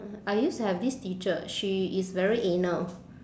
I used to have this teacher she is very anal